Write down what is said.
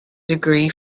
degree